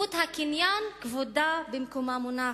זכות הקניין כבודה במקומה מונח.